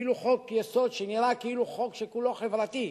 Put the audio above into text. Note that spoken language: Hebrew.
אפילו חוק-יסוד שנראה כאילו הוא חוק שכולו חברתי,